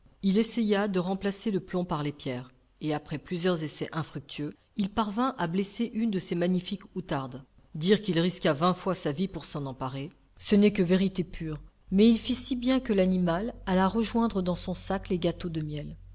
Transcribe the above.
il essaya de remplacer le plomb par les pierres et après plusieurs essais infructueux il parvint à blesser une de ces magnifiques outardes dire qu'il risqua vingt fois sa vie pour s'en emparer ce n'est que vérité pure mais il fit si bien que l'animal alla rejoindre dans son sac les gâteaux de miel